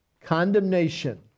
condemnation